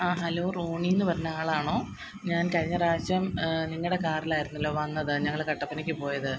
ആ hello Ronnie എന്ന് പറഞ്ഞ ആളാണോ ഞാന് കഴിഞ്ഞ പ്രാവശ്യം നിങ്ങളുടെ കാറിൽ ആയിരുന്നല്ലോ വന്നത് ഞങ്ങൾ കട്ടപ്പനയ്ക്ക് പോയത്